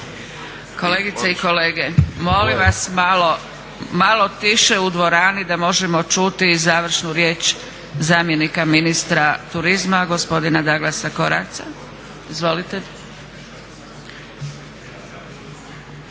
Kolegice i kolege, molim vas malo tiše u dvorani da možemo čuti i završnu riječ zamjenika ministra turizma gospodina Daglasa Koraca. Izvolite.